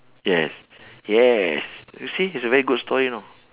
yes yes you see it's a very good story you know